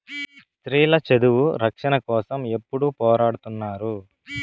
స్త్రీల చదువు రక్షణ కోసం ఎప్పుడూ పోరాడుతున్నారు